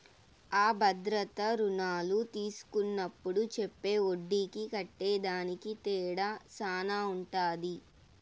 అ భద్రతా రుణాలు తీస్కున్నప్పుడు చెప్పే ఒడ్డీకి కట్టేదానికి తేడా శాన ఉంటది